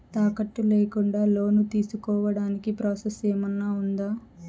తాకట్టు లేకుండా లోను తీసుకోడానికి ప్రాసెస్ ఏమన్నా ఉందా?